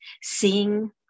seeing